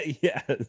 Yes